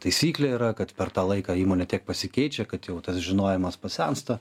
taisyklė yra kad per tą laiką įmonė tiek pasikeičia kad jau tas žinojimas pasensta